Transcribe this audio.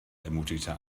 ermutigte